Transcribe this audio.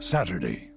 Saturday